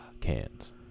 cans